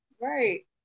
Right